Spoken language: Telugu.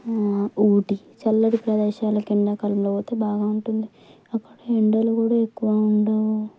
ఊటి చల్లటి ప్రదేశాలకు ఎండాకాలంలో పోతే బాగా ఉంటుంది అక్కడ ఎండలు కూడా ఎక్కువ ఉండవు